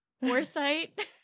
foresight